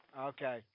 Okay